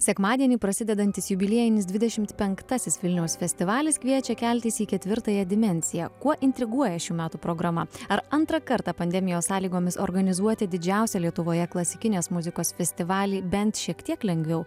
sekmadienį prasidedantis jubiliejinis dvidešimt penktasis vilniaus festivalis kviečia keltis į ketvirtąją dimensiją kuo intriguoja šių metų programa ar antrą kartą pandemijos sąlygomis organizuoti didžiausią lietuvoje klasikinės muzikos festivalį bent šiek tiek lengviau